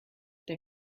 der